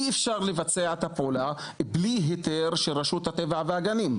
אי אפשר לבצע את הפעולה בלי היתר של רשות הטבע והגנים.